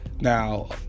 Now